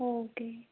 okay